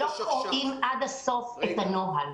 צר לי שלא קוראים עד הסוף את הנוהל.